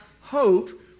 hope